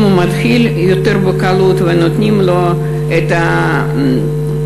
אם הוא מתחיל יותר בקלות ונותנים לו את סל